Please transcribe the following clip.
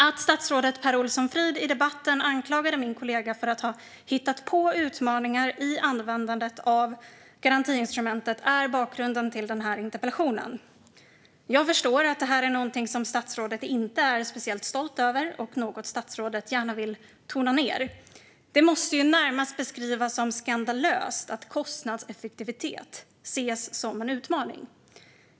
Att statsrådet Per Olsson Fridh i debatten anklagade min kollega för att ha hittat på utmaningar i användandet av garantiinstrumentet är bakgrunden till den här interpellationen. Jag förstår att detta är något som statsrådet inte är speciellt stolt över och något som statsrådet gärna vill tona ned. Det måste ju beskrivas som närmast skandalöst att kostnadseffektivitet ses som en utmaning.